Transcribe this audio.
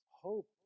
hope